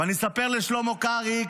ואני אספר לשלמה קרעי,